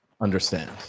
understand